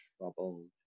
troubled